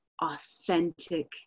authentic